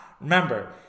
Remember